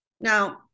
Now